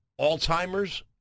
Alzheimer's